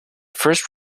first